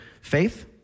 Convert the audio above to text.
faith